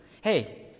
Hey